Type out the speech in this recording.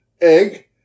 egg